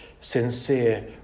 sincere